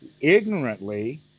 ignorantly